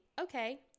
okay